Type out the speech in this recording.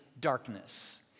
darkness